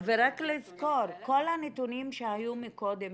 ורק לזכור, כל הנתונים שהיו מקודם